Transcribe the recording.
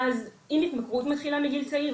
אז אם התמכרות מתחילה מגיל צעיר,